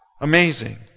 Amazing